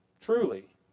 truly